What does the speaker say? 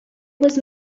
was